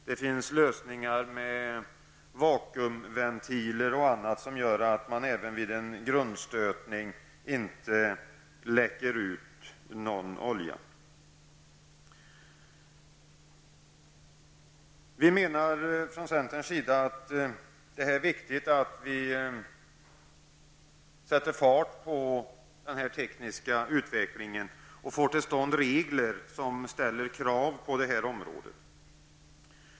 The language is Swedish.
Det finns lösningar med vakuumventiler och annat som gör att det även vid en grundstötning inte läcker ut någon olja. Centern menar att det är viktigt att vi sätter fart på den tekniska utvecklingen och får regler som innebär krav på det här området.